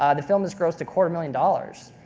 um the film has grossed a quarter million dollars.